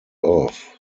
off